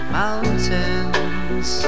mountains